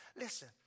Listen